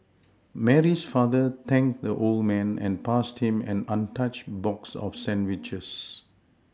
Mary's father thanked the old man and passed him an untouched box of sandwiches